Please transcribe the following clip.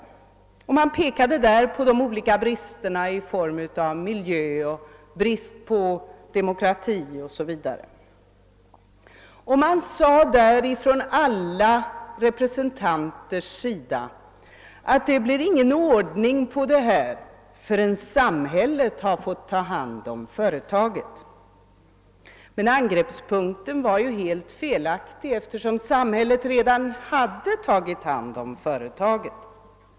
I debatten pekades det på olika brister i fråga om miljö, demokrati o.s.v. Alla debattdeltagare framhöll att det inte blir någon ordning på detta förrän samhället har fått ta hand om företaget. Men angreppspunkten var ju helt felaktig, eftersom samhället redan har tagit hand om företaget.